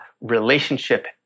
relationship